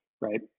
right